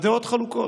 הדעות חלוקות.